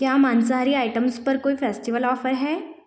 क्या माँसाहारी आइटम्स पर कोई फेस्टिवल ऑफर है